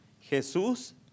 Jesús